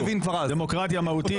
דמוקרטיה מהותית.